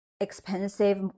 expensive